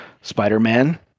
Spider-Man